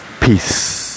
Peace